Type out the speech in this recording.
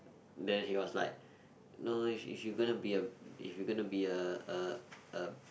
then he was like no if if you gonna be a if you gonna be a a a